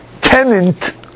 tenant